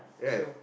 so